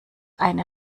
eine